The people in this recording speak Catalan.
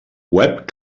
web